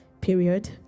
period